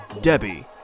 Debbie